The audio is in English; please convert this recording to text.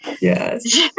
Yes